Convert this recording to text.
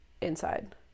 inside